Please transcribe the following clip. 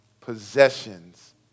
possessions